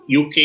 uk